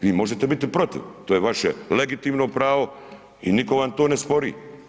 Vi možete biti protiv, to je vaše legitimno pravo i nitko vam to ne spori.